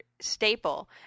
staple